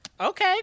okay